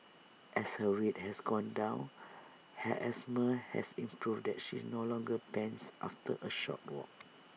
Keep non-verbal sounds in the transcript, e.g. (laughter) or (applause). as her weight has gone down her asthma has improved and she no longer pants after A short walk (noise)